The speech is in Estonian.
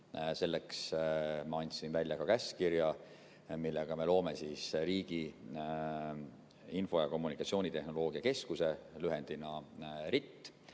Selleks ma andsin välja ka käskkirja, millega me loome Riigi Info- ja Kommunikatsioonitehnoloogia Keskuse, lühendiga RIT.